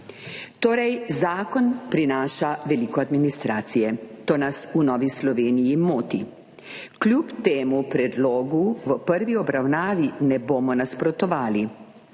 torej prinaša veliko administracije. To nas v Novi Sloveniji moti. Kljub temu predlogu v prvi obravnavi ne bomo nasprotovali,